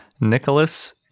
Nicholas